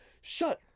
shut